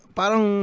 parang